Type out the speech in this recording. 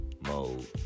mode